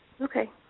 Okay